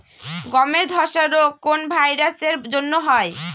গমের ধসা রোগ কোন ভাইরাস এর জন্য হয়?